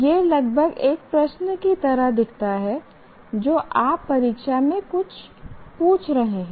यह लगभग एक प्रश्न की तरह दिखता है जो आप परीक्षा में पूछ रहे हैं